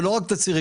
ולא רק את הצעירים,